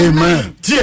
Amen